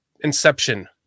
inception